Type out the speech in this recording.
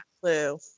clue